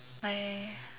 my